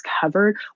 covered